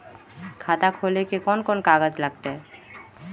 खाता खोले ले कौन कौन कागज लगतै?